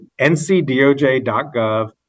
ncdoj.gov